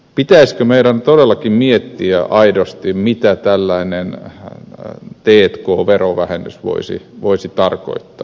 pitäisikö meidän todellakin miettiä aidosti mitä tällainen t k verovähennys voisi tarkoittaa